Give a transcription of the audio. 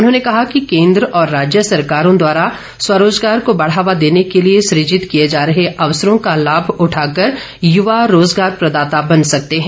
उन्होंने कहा कि केन्द्र और राज्य सरकारों द्वारा स्वरोजगार को बढ़ावा देने के लिए सृजित किए जा रहे अवसरों का लाभ उठाकर युवा रोजगार प्रदाता बन सकते हैं